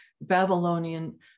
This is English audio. Babylonian